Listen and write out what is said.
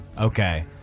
Okay